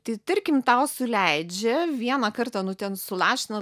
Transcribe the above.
tai tarkim tau suleidžia vieną kartą nu ten sulašina